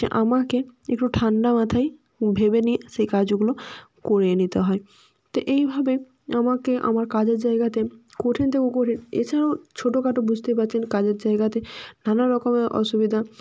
যে আমাকে একটু ঠান্ডা মাথায় ভেবে নিয়ে সেই কাজগুলো করিয়ে নিতে হয় তো এইভাবে আমাকে আমার কাজের জায়গাতে কঠিন থেকেও কঠিন এছাড়াও ছোট খাটো বুঝতেই পারছেন কাজের জায়গাতে নানা রকমের অসুবিধা